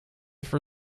for